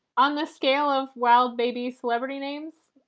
on the scale of, well, maybe celebrity names.